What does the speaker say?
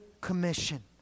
Commission